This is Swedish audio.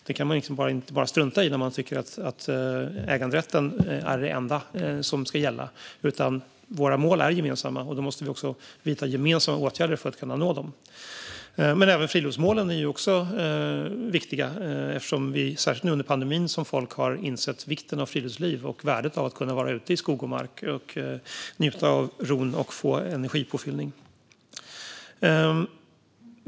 Det kan man liksom inte bara strunta i när man tycker att äganderätten är det enda som ska gälla. Våra mål är gemensamma, och då måste vi också vidta gemensamma åtgärder för att nå dem. Även friluftsmålen är viktiga. Särskilt under pandemin har folk insett vikten av friluftsliv och värdet av att kunna vara ute i skog och mark och njuta av ron och få energipåfyllning.